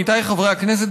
עמיתיי חברי הכנסת,